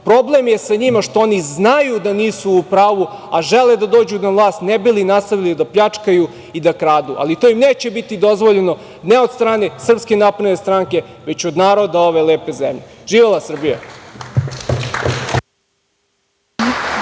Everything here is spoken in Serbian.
problem je sa njima što oni znaju da nisu u pravu a žele da dođu na vlast, ne bi li nastavili da pljačkaju i da kradu. Ali, to im neće biti dozvoljeno ne od strane SNS, već od naroda ove lepe zemlje. Živela Srbija!